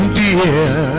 dear